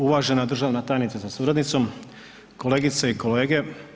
Uvažena državna tajnice sa suradnicom, kolegice i kolege.